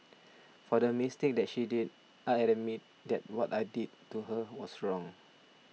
for the mistake that she did I admit that what I did to her was wrong